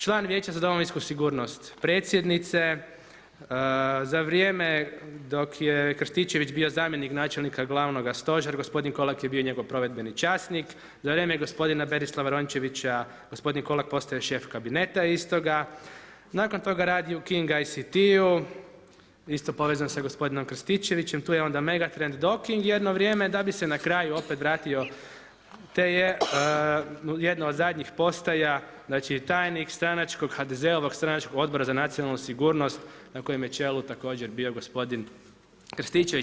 Član vijeća za domovinsku sigurnost predsjednice, za vrijeme dok je Krstićević bio zamjenik načelnika glavnoga stožer, gospodin Kolak je bio njegov provedbeni časnik, za vrijeme gospodina Berislava Rončevića, gospodin Kolak, postaje šef kabineta istoga, nakon toga radi u King ICT, isto povezan sa gospodinom Krstičevićem, tu je onda Megatrebnd Doking jedno vrijeme, da bi se na kraju opet vratio, te je jedno od zadnjih postaja, znači tajnik stranačkog HDZ-ova, stranačkog Odbora za nacionalnu sigurnost na kojem je čelu također bio gospodin Krstičević.